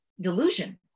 delusion